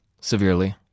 Severely